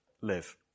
live